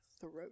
throat